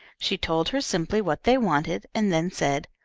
she told her simply what they wanted, and then said,